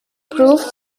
proved